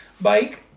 bike